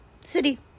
City